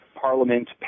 Parliament